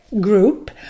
group